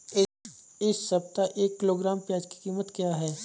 इस सप्ताह एक किलोग्राम प्याज की कीमत क्या है?